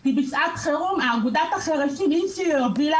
כי בשעת חירום אגודת החירשים היא שהובילה